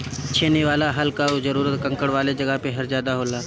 छेनी वाला हल कअ जरूरत कंकड़ वाले जगह पर ज्यादा होला